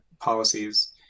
policies